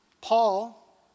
Paul